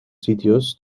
sitios